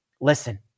listen